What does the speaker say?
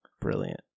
Brilliant